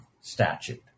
statute